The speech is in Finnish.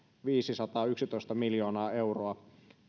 viisisataayksitoista miljoonaa euroa